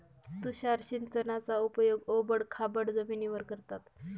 तुषार सिंचनाचा उपयोग ओबड खाबड जमिनीवर करतात